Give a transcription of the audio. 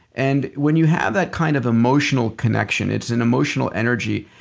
and when you have that kind of emotional connection, it's an emotional energy,